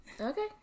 Okay